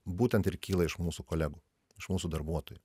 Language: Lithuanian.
būtent ir kyla iš mūsų kolegų iš mūsų darbuotojų